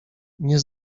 nie